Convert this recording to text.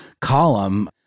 column